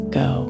go